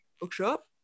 bookshop